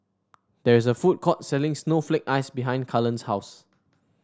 there is a food court selling Snowflake Ice behind Cullen's house